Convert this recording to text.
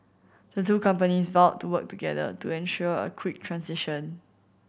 the two companies vowed to work together to ensure a quick transition